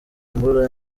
mbura